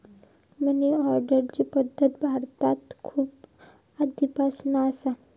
मनी ऑर्डरची पद्धत भारतात खूप आधीपासना असा